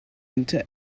into